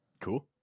Cool